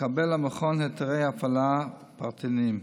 מקבל המכון היתרי הפעלה פרטניים.